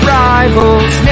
rivals